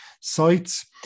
sites